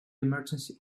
emergency